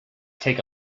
take